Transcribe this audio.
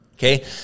Okay